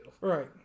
Right